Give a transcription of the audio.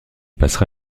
passera